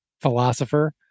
philosopher